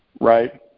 right